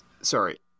sorry